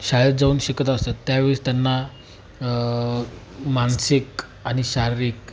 शाळेत जाऊन शिकत असतात त्यावेळेस त्यांना मानसिक आणि शारीरिक